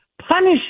punish